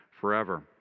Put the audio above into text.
forever